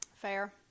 fair